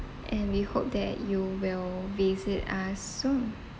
and we hope that you will visit us soon